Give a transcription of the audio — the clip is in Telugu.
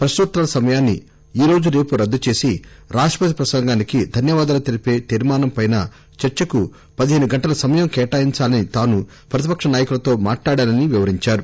ప్రక్నోత్తరాల సమయాన్ని ఈరోజు రేపు రద్దుచేసి రాష్టపతి ప్రసంగానికి ధన్యవాదాలు తెలిపే తీర్మానంపై చర్చకు పదిహేను గంటల సమయం కేటాయించాలని తాను ప్రతిపక్ష నాయకులతో మాట్లాడానని వివరించారు